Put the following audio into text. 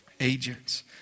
agents